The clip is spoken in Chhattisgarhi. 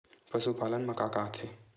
पशुपालन मा का का आथे?